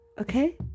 okay